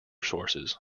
sources